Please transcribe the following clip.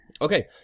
Okay